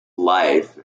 life